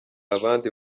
abandi